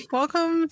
welcome